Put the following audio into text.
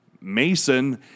Mason